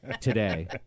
today